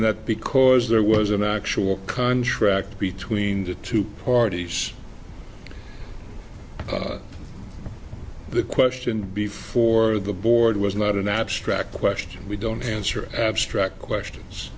of that because there was an actual contract between the two parties the question before the board was not an abstract question we don't answer abstract questions